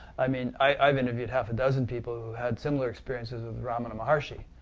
i mean i have interviewed half-a-dozen people who had similar experiences with ramana maharishi